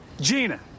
Gina